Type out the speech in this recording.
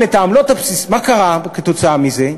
מה קרה כתוצאה מזה?